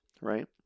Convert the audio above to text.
Right